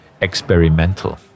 experimental